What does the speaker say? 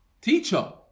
Teacher